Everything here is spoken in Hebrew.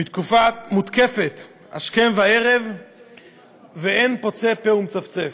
מותקפת השכם והערב ואין פוצה פה ומצפצף.